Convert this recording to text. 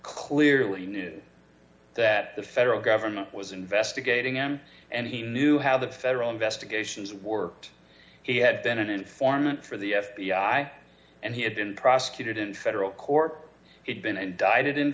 clearly knew that the federal government was investigating him and he knew how the federal investigations worked he had been an informant for the f b i and he had been prosecuted in federal court had been indicted in